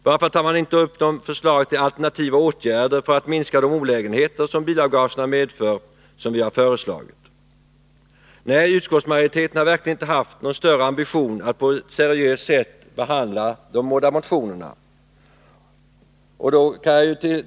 Varför tar man inte upp de förslag till alternativa åtgärder för att minska de olägenheter bilavgaserna medför som vi har föreslagit? Nej, utskottsmajoriteten har verkligen inte haft någon större ambition att på ett seriöst sätt behandla de båda motionerna.